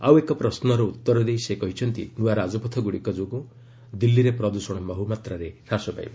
ଆଉ ଏକ ପ୍ରଶ୍ୱର ଉତ୍ତର ଦେଇ ସେ କହିଛନ୍ତି ନ୍ନଆ ରାଜପଥ ପ୍ରକଳ୍ପଗୁଡ଼ିକ ଯୋଗୁଁ ଦିଲ୍ଲୀରେ ପ୍ରଦୃଷଣ ବହୁମାତ୍ରାରେ ହ୍ରାସ ପାଇବ